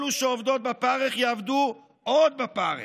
אלו שעובדות בפרך יעבדו עוד בפרך.